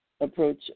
approach